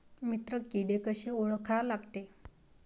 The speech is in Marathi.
मित्र किडे कशे ओळखा लागते?